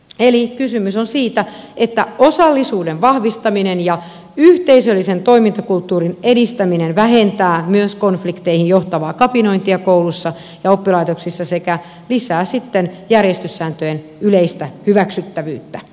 eli kysymys on siitä että osallisuuden vahvistaminen ja yhteisöllisen toimintakulttuurin edistäminen vähentävät myös konflikteihin johtavaa kapinointia kouluissa ja oppilaitoksissa sekä lisäävät sitten järjestyssääntöjen yleistä hyväksyttävyyttä